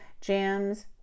jams